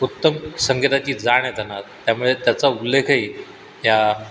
उत्तम संगीताची जाण आहे त्यांना त्यामुळे त्याचा उल्लेखही या